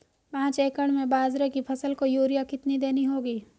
पांच एकड़ में बाजरे की फसल को यूरिया कितनी देनी होगी?